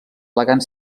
elegant